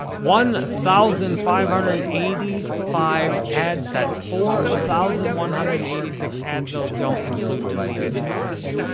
one thousand five hundred and eighty five ad sets, four thousand one hundred and eighty six ads. those don't include deleted ads.